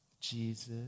Jesus